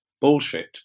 bullshit